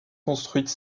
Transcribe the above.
construite